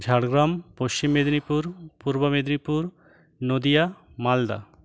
Jhargram Paschim Medinipur Purba Medinipur Nadia Malda